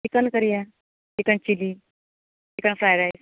chicken करया chicken chilli chicken fry rice